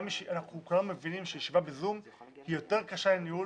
אנחנו כולנו מבינים שישיבה בזום היא יותר קשה לניהול